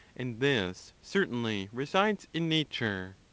and this certainly resides in nature.